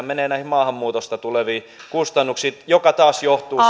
menee pelkästään näihin maahanmuutosta tuleviin kustannuksiin jotka taas johtuvat